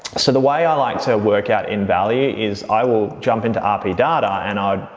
so, the way i like to work out end value is i will jump into rp data and i'd,